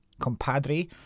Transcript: Compadre